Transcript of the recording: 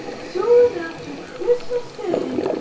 soon after christmas-day.